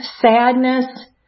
sadness